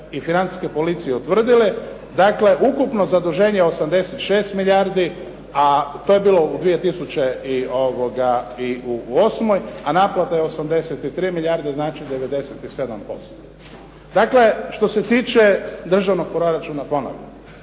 i financijske policije utvrdile dakle, ukupno zaduženje 86 milijardi, to je bilo u 2008., a naplata je 83 milijarde, znači 97%. Dakle, što se tiče državnog proračuna ponavljam